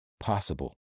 possible